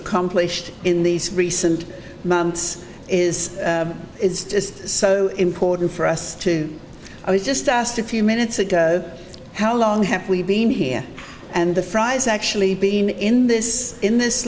accomplished in these recent months is it's just so important for us to i was just asked a few minutes ago how long have we been here and the fries actually been in this in this